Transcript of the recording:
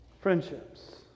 friendships